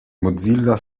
mozilla